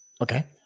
Okay